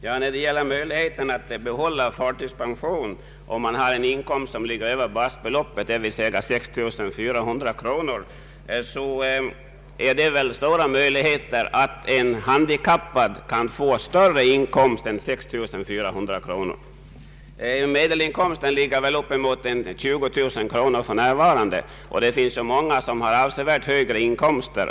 Herr talman! Det finns såvitt jag förstår stora möjligheter för en handikappad att komma upp i en inkomst på över 6400 kronor, dvs. en inkomst som ger honom rätt att tillgodoräkna sig ATP-poäng. Medelinkomsten för arbetstagare i detta land ligger väl för närvarande på cirka 20 000 kronor, och många har avsevärt högre inkomster.